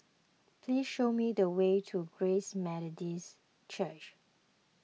please show me the way to Grace Methodist Church